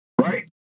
right